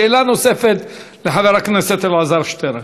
שאלה נוספת לחבר הכנסת אלעזר שטרן.